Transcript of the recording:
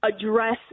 address